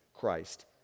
Christ